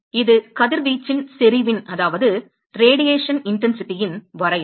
எனவே இது கதிர்வீச்சு செறிவின் வரையறை